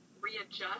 readjust